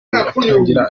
agitangira